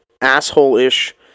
asshole-ish